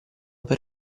per